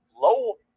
low